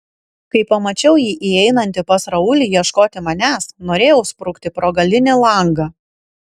kai pamačiau jį įeinantį pas raulį ieškoti manęs norėjau sprukti pro galinį langą